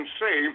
say